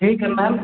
ठीक है मैम